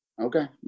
Okay